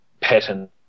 pattern